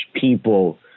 people